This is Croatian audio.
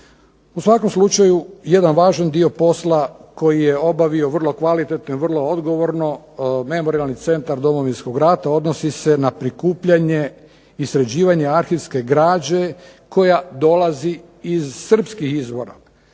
U svakom slučaju jedan važan dio posla koji je obavio vrlo kvalitetno i vrlo odgovorno, Memorijalni centar Domovinskog rata odnosi se na prikupljanje i sređivanje arhivske građe koja dolazi iz Srpskih izvora,